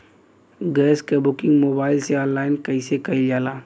Gas क booking mobile से online कईसे कईल जाला?